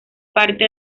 parte